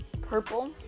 purple